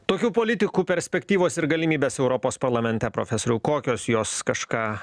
tokių politikų perspektyvos ir galimybės europos parlamente profesoriau kokios jos kažką